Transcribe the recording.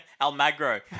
Almagro